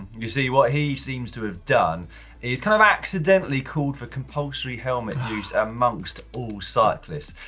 you see what he seems to have done is kind of accidentally called for compulsory helmet use amongst all cyclists.